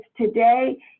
today